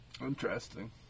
Interesting